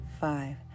five